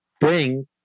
bring